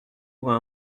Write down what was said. voit